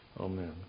Amen